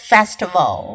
Festival